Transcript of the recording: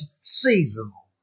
seasonal